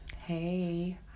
hey